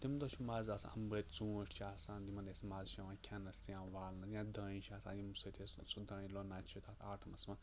تمہِ دۄہ چھِ مَزٕ آسان اَمبٕرۍ ژوٗنٛٹھۍ چھِ آسان یِمَن اسہِ مَزٕ چھِ یِوان کھیٚنَس یا والنہٕ یا دٲنہِ چھِ آسان ییٚمہِ سۭتۍ أسۍ سُہ دانہِ لونان چھِ تَتھ آٹمَس منٛز